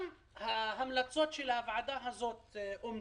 ההמלצות של הוועדה הזאת אומצו.